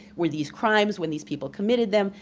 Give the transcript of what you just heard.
were these crimes when these people committed them?